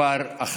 זה רק ההתחלה.